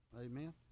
Amen